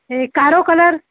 इहो कारो कलर